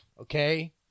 okay